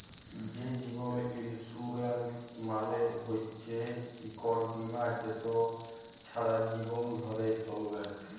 যে জীবল ইলসুরেলস মালে হচ্যে ইকট বিমা যেট ছারা জীবল ধ্যরে চ্যলবেক